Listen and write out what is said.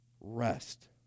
Rest